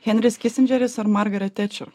henris kisindžeris ar margaret tečer